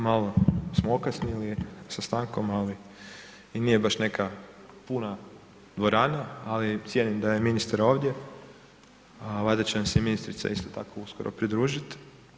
Malo smo okasnili sa stankom, ali i nije baš neka puna dvorana, ali cijenim da je ministar ovdje, a valjda će nam se ministrica isto tako uskoro pridružiti.